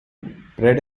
bread